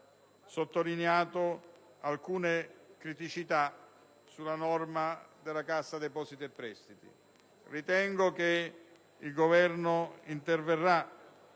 sottolineato alcune criticità riguardanti la norma sulla Cassa depositi e prestiti. Ritengo che il Governo interverrà